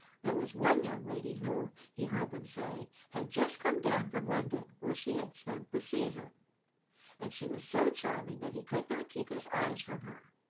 there was one young lady who, he heard them say, had just come down from london, where she had spent the season and she was so charming that he could not keep his eyes from her.